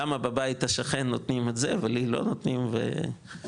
למה בבית השכן נותנים את זה ולי לא נותנים וכאילו,